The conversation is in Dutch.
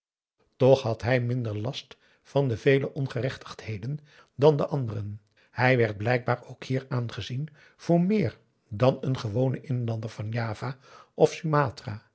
toch had hij minder last van de vele ongerechtigheden dan de anderen hij werd blijkbaar ook hier aangezien voor meer dan een gewone inlander van java of sumatra